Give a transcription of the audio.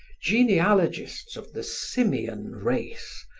genealogists of the simian race,